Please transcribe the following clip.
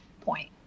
point